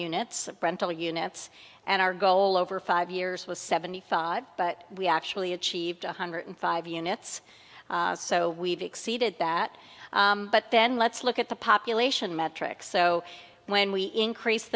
units rental units and our goal over five years was seventy five but we actually achieved one hundred five units so we've exceeded that but then let's look at the population metrics so when we increase